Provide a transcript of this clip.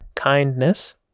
kindness